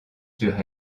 sur